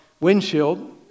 windshield